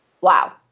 wow